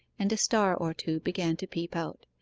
and a star or two began to peep out.